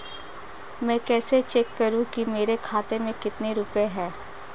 मैं कैसे चेक करूं कि मेरे खाते में कितने रुपए हैं?